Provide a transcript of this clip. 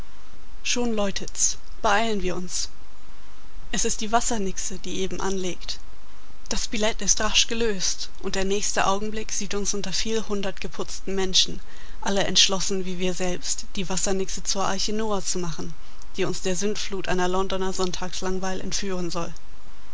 schon läutet's beeilen wir uns es ist die wassernixe die eben anlegt das billett ist rasch gelöst und der nächste augenblick sieht uns unter viel hundert geputzten menschen alle entschlossen wie wir selbst die wassernixe zur arche noah zu machen die uns der sündflut einer londoner sonntagslangweil entführen soll